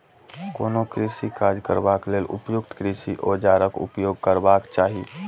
कोनो कृषि काज करबा लेल उपयुक्त कृषि औजारक उपयोग करबाक चाही